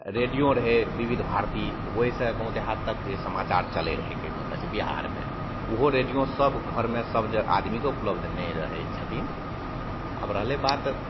radio रहै विविध भारती तऽ ओहिसे गाम देहात तक जे समाचार चलै रहै कहैके मतलब छै बिहारमे ओहो रेडिओ सभ घरमे सभ जे आदमीके उपलब्ध नहि रहै छथिन आब रहलै बात